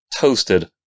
toasted